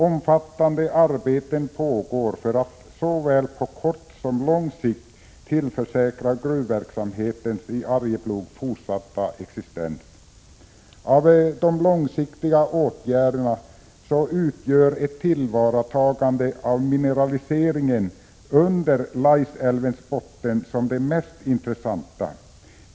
Omfattande arbeten pågår för att såväl på kort som på lång sikt tillförsäkra fortsatt existens av gruvverksamheten i Arjeplog. Av de långsiktiga åtgärderna utgör ett tillvaratagande av mineraliseringen under Laisälvens botten en av de mest intressanta.